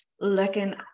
looking